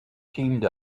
teamed